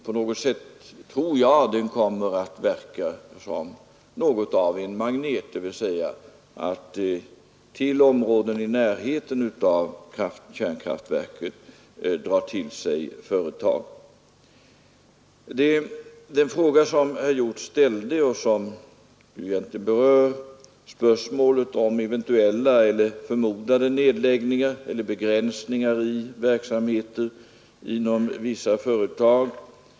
På något sätt tror jag att denna kommer att verka som något av en magnet, dvs. den kommer att till områden i närheten av kärnkraftverket dra till sig företag. Herr Hjorth ställde en fråga, som egentligen berör spörsmålet om förmodade nedläggningar eller begränsningar i verksamheten inom vissa företag.